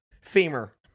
Femur